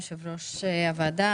יושב-ראש הוועדה,